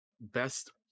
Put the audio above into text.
Best